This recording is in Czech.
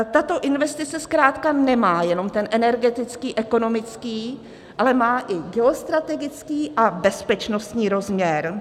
Tato investice zkrátka nemá jenom ten energetický, ekonomický, ale má i geostrategický a bezpečnostní rozměr.